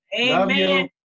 Amen